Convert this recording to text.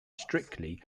strictly